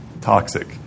toxic